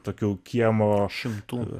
tokių kiemo šimtų